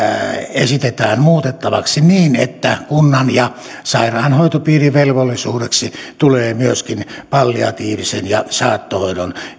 esitetään muutettavaksi niin että kunnan ja sairaanhoitopiirin velvollisuudeksi tulee myöskin palliatiivisen ja saattohoidon